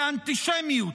באנטישמיות.